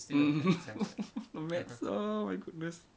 math oh my goodness